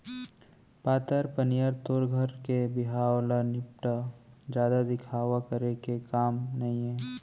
पातर पनियर तोर घर के बिहाव ल निपटा, जादा दिखावा करे के काम नइये